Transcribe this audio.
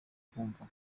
kumva